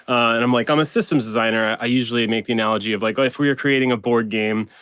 and i'm like, i'm a systems designer. i usually make the analogy of like if we're creating a board game,